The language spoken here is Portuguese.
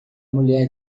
mulher